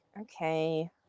okay